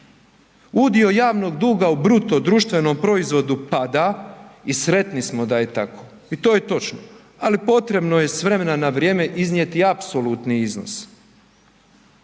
udio javnog duga u BDP-u pada i sretni smo da je tako i to je točno, ali potrebno je s vremena na vrijeme iznijeti apsolutni iznos.